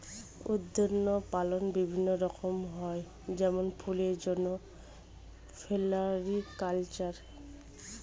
উদ্যান পালন বিভিন্ন রকম হয় যেমন ফুলের জন্যে ফ্লোরিকালচার